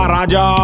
Raja